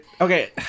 Okay